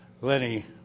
Lenny